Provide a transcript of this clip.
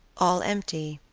all empty,